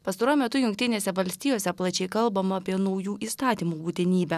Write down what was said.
pastaruoju metu jungtinėse valstijose plačiai kalbama apie naujų įstatymų būtinybę